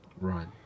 Right